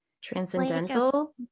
Transcendental